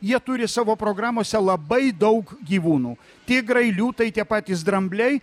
jie turi savo programose labai daug gyvūnų tigrai liūtai tie patys drambliai